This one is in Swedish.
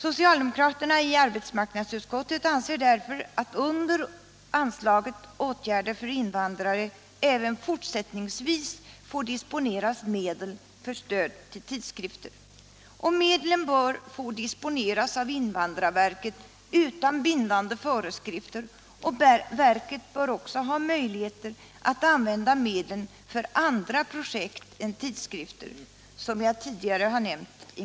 Socialdemokraterna i arbetsmarknadsutskottet föreslår därför att under anslaget Åtgärder för invandrare även fortsättningsvis får disponeras medel för stöd till tidskrifter. Medlen bör få disponeras av invandrarverket utan bindande föreskrifter, och verket bör också, som jag nämnt tidigare i mitt anförande, ha möjlighet att använda medlen för andra projekt än tidskrifter. Herr talman!